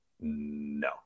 no